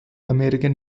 american